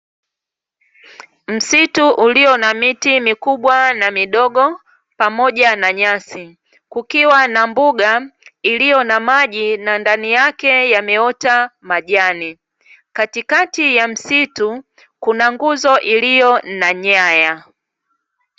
Msitu ulio na miti mikubwa na midogo pamoja na nyasi, kukiwa na mbuga iliyo na maji na ndani yake yameota majani, katikati ya msitu kuna nguzo iliyo na nyaya.